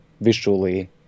Visually